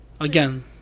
again